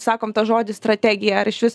sakom tą žodį strategija ar išvis